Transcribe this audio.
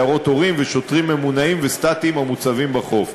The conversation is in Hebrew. סיירות הורים ושוטרים ממונעים וסטטיים המוצבים בחוף.